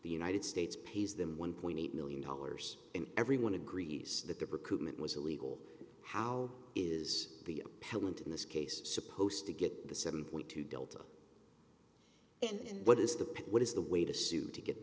the united states pays them one point eight million dollars and everyone agrees that the recruitment was illegal how is the appellant in this case supposed to get the seven point two delta and what is the point what is the way to sue to get